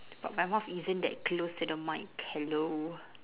but my mouth isn't that close to the mic hello